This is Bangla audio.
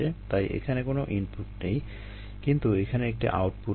তাই এখানে কোনো ইনপুট নেই কিন্তু এখানে একটি আউটপুট আছে